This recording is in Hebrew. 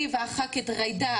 אני, הח"כית ג'ידא